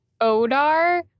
Odar